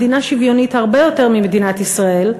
מדינה שוויונית הרבה יותר ממדינת ישראל,